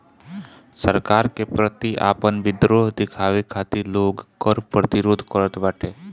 सरकार के प्रति आपन विद्रोह दिखावे खातिर लोग कर प्रतिरोध करत बाटे